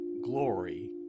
glory